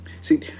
See